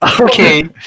Okay